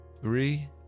Three